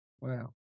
Wow